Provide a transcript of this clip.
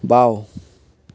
বাওঁ